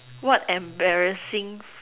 what embarrassing